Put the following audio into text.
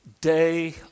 day